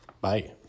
bye